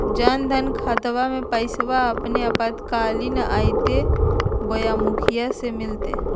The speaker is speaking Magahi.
जन धन खाताबा में पैसबा अपने आपातकालीन आयते बोया मुखिया से मिलते?